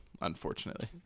unfortunately